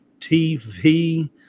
TV